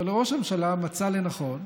אבל ראש הממשלה מצא לנכון,